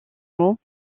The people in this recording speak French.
mot